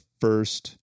first